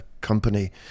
company